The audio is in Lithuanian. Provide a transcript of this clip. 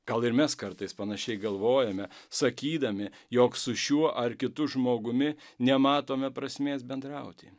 gal ir mes kartais panašiai galvojame sakydami jog su šiuo ar kitu žmogumi nematome prasmės bendrauti